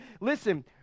Listen